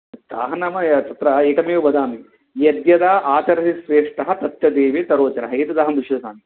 ताः नाम तत्र एकमेव वदामि यद्यदाचरति श्रेष्ठः तत्तदेवेतरो जनः एतदहं विश्वसामि